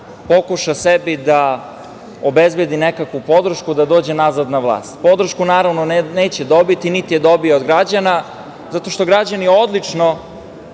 pokuša sebi da obezbedi nekakvu podršku da dođe nazad na vlast. Podršku naravno neće dobiti, niti je dobija od građana zato što građani odlično